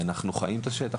אנחנו חיים את השטח,